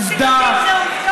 זה עובדות.